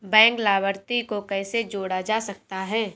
Bank लाभार्थी को कैसे जोड़ा जा सकता है?